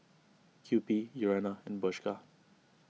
Kewpie Urana and Bershka